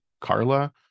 carla